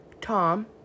Tom